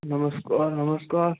नमस्कार नमस्कार